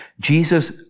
Jesus